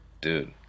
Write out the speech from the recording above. dude